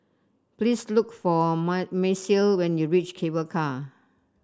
please look for Marcie when you reach Cable Car